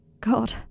God